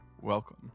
welcome